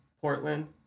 Portland